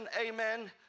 amen